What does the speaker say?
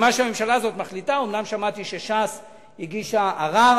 הם לא רוצים שהבת תלך לצבא או שתלך לשירות לאומי,